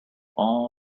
all